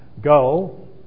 go